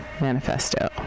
manifesto